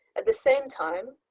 at the same time,